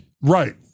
Right